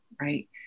right